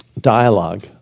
dialogue